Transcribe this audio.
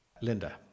Linda